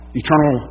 eternal